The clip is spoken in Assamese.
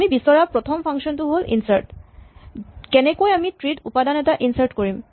আমি বিচৰা প্ৰথম ফাংচন টো হ'ল ইনচাৰ্ট কেনেকৈ আমি ট্ৰী ত উপাদান এটা ইনচাৰ্ট কৰিম